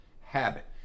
habit